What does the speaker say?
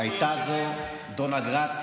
בימי הביניים הייתה זו דונה גרציה,